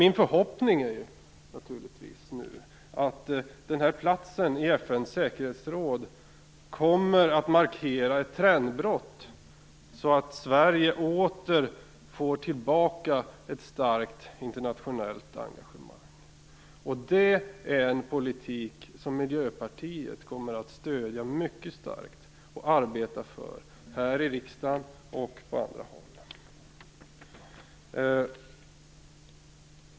Min förhoppning är naturligtvis att platsen i FN:s säkerhetsråd kommer att markera ett trendbrott så att Sverige får tillbaka ett starkt internationellt engagemang. Det är en politik som miljöpartiet kommer att stödja mycket starkt och arbeta för här i riksdagen och på andra håll.